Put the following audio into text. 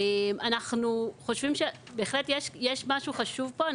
אנחנו חושבים שבהחלט יש משהו חשוב פה.